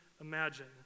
imagine